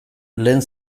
lehen